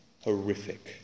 Horrific